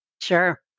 Sure